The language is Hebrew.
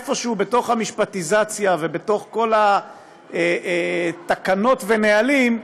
איפשהו בתוך כל המשפטיזציה ובתוך כל התקנות והנהלים,